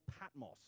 Patmos